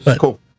cool